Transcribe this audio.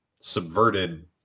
subverted